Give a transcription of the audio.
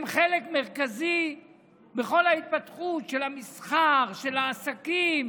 הם חלק מרכזי בכל ההתפתחות של המסחר, של העסקים.